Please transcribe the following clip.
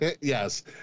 Yes